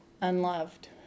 Unloved